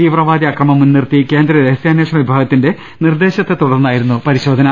തീവ്ര വാദി അക്രമം മുൻനിർത്തി കേന്ദ്ര രഹസ്യാന്വേഷണ വിഭാഗ ത്തിന്റെ നിർദ്ദേശത്തെത്തുടർന്നായിരുന്നു പരിശോധന